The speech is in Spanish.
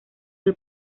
del